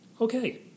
okay